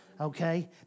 Okay